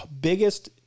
biggest